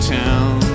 town